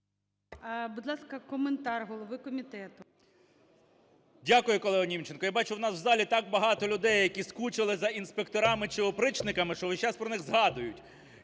Дякую, колего Німченко. Я бачу, в нас в залі так багато людей, які скучили за інспекторами чи опричниками, що весь час про них згадують.